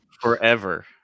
forever